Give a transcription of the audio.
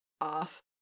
off